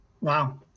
Wow